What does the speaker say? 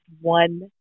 one